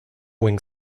wing